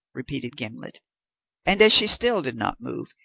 repeated gimblet and as she still did not move,